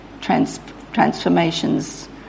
transformations